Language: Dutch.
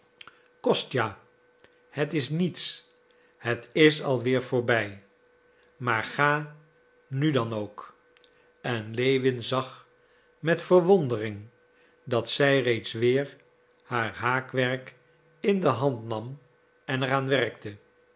kostja het is niets het is al weer voorbij maar ga nu dan ook en lewin zag met verwondering dat zij reeds weer haar haakwerk in de hand nam en er aan werkte